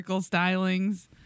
stylings